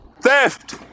theft